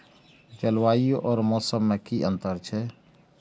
जलवायु और मौसम में कि अंतर छै?